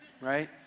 right